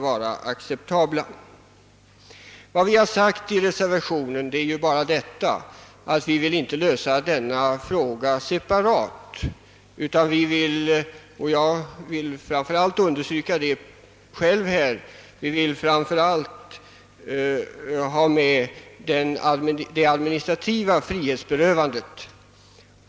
Vad vi har sagt i reservationen är bara, att vi inte vill lösa denna fråga separat utan vill — jag understryker framför allt detta — först och främst ha med det administrativa fribetsberövandet.